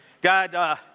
God